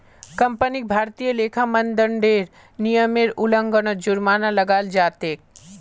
कंपनीक भारतीय लेखा मानदंडेर नियमेर उल्लंघनत जुर्माना लगाल जा तेक